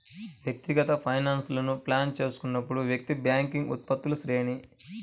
వ్యక్తిగత ఫైనాన్స్లను ప్లాన్ చేస్తున్నప్పుడు, వ్యక్తి బ్యాంకింగ్ ఉత్పత్తుల శ్రేణి